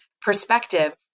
perspective